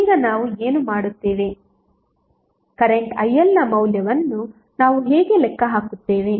ಈಗ ನಾವು ಏನು ಮಾಡುತ್ತೇವೆ ಕರೆಂಟ್ ILನ ಮೌಲ್ಯವನ್ನು ನಾವು ಹೇಗೆ ಲೆಕ್ಕ ಹಾಕುತ್ತೇವೆ